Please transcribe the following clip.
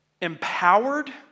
empowered